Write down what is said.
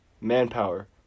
manpower